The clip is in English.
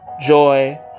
joy